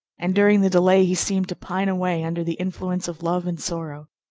and during the delay he seemed to pine away under the influence of love and sorrow.